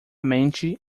mente